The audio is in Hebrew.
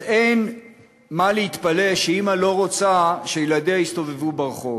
אז אין מה להתפלא שאימא לא רוצה שילדיה יסתובבו ברחוב,